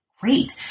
Great